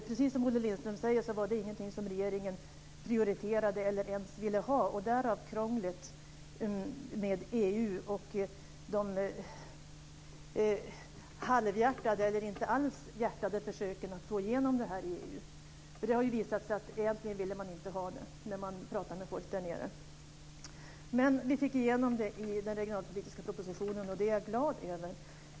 Precis som Olle Lindström säger var det ingenting som regeringen prioriterade eller ens ville åstadkomma - därav krånglet med EU och de halvhjärtade försöken att få igenom detta i EU. Men egentligen ville man inte ha det. Vi fick i alla fall igenom det i den regionalpolitiska propositionen, och det är jag glad över.